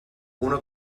una